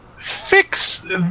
Fix